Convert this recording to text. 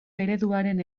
ereduaren